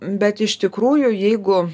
bet iš tikrųjų jeigu